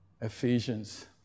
Ephesians